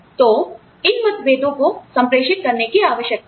तो आप जानते हैं इन मतभेदों को संप्रेषित करने की आवश्यकता है